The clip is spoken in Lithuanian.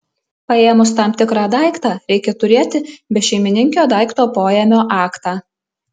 paėmus tam tikrą daiktą reikia turėti bešeimininkio daikto poėmio aktą